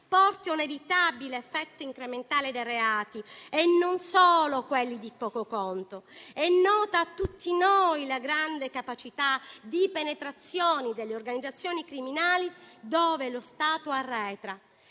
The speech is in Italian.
porti a un inevitabile effetto incrementale dei reati e non solo di quelli di poco conto. È nota a tutti noi la grande capacità di penetrazione delle organizzazioni criminali dove lo Stato arretra